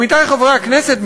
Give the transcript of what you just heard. עמיתי חברי הכנסת,